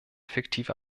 fiktive